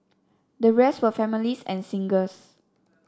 the rest were families and singles